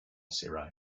cirri